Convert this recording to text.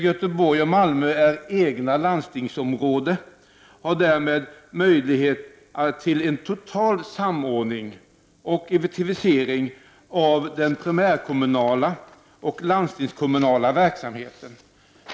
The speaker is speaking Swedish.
Göteborg och Malmö är egna landstingsområden och har därmed möjlighet till en total samordning och effektivisering av den primärkommunala och landstingskommunala verksamheten.